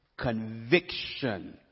conviction